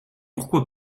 pourquoi